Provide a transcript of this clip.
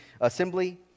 assembly